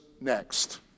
next